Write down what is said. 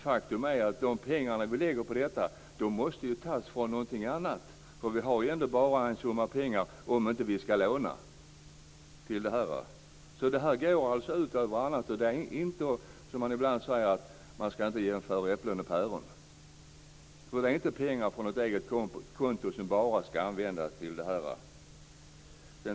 Faktum är att de pengar vi lägger på detta måste tas från någonting annat, därför att vi har ändå bara en summa pengar, om vi inte skall låna. Det här går alltså ut över annat. Det är inte så, som man ibland säger, att man inte skall jämföra äpplen och päron. Det är inte pengar från ett eget konto som bara skall användas till det här.